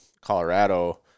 Colorado